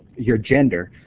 your gender